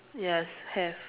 yes have